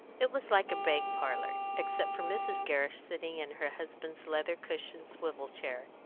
it was like a bank parlour, except for mrs. gerrish sitting in her husband's leather-cushioned swivel chair,